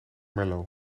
merlot